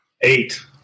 Eight